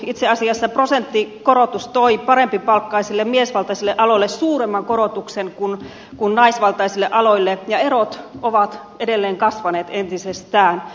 itse asiassa prosenttikorotus toi parempipalkkaisille miesvaltaisille aloille suuremman korotuksen kuin naisvaltaisille aloille ja erot ovat edelleen kasvaneet entisestään